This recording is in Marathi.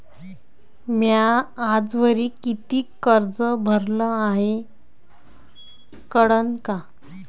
म्या आजवरी कितीक कर्ज भरलं हाय कळन का?